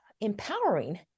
empowering